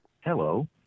hello